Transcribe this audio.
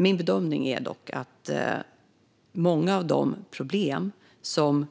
Min bedömning är dock att många av de problem som